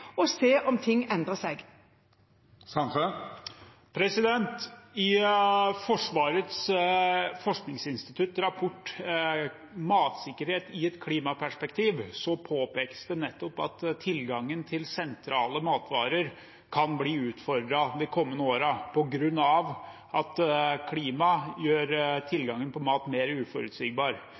se om ting endrer seg. I Forsvarets forskningsinstitutts rapport «Matsikkerhet i et klimaperspektiv» påpekes det nettopp at tilgangen på sentrale matvarer kan bli utfordret de kommende årene, på grunn av at klimaet gjør tilgangen på mat mer uforutsigbar.